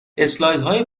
اسلایدهای